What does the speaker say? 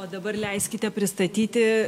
o dabar leiskite pristatyti